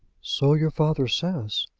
so your father says.